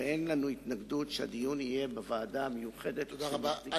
ואין לנו התנגדות שהדיון יהיה בוועדה המיוחדת שתקבע הכנסת.